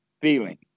feeling